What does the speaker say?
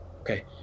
Okay